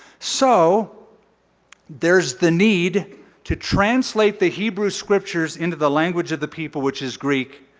so there's the need to translate the hebrew scriptures into the language of the people, which is greek.